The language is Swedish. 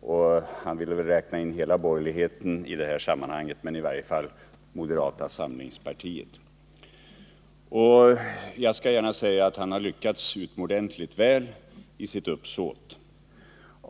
och majoriteten. Han ville väl helst i det sammanhanget räkna in hela borgerligheten. Jag skall gärna säga att han har lyckats utomordentligt väl i sitt uppsåt.